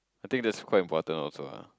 I think that's quite important also lah